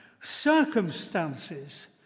Circumstances